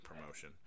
promotion